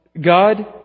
God